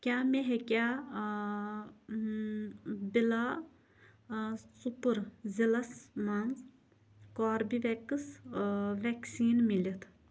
کیٛاہ مےٚ ہیٚکیا بِلاسپوٗر ضلعس مَنٛز کوربِویٚکس ویکسیٖن مِلِتھ